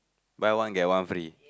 buy one get one free